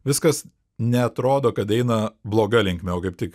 viskas neatrodo kad eina bloga linkme o kaip tik